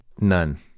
None